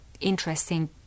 interesting